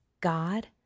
God